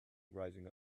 rising